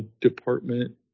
department